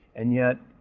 and yet,